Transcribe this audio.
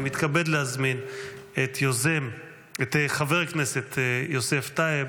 אני מתכבד להזמין את חבר הכנסת יוסף טייב